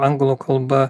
anglų kalba